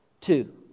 two